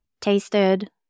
tasted